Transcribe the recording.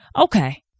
okay